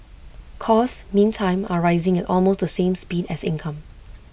costs meantime are rising at almost the same speed as income